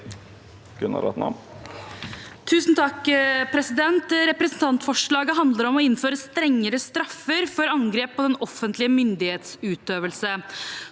for sa- ken): Representantforslaget handler om å innføre strengere straffer for angrep på den offentlige myndighetsutøvelse.